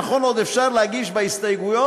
נכון עוד אפשר להגיש הסתייגויות?